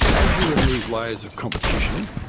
as you remove layers of competition,